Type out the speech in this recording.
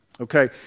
Okay